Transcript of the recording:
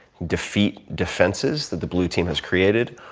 defeat defenses that the blue team has created,